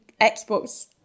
Xbox